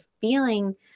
feeling